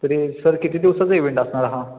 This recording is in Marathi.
तरी सर किती दिवसाचा इवेंट असणार हा